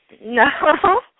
No